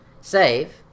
save